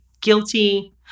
guilty